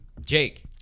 Jake